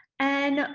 and,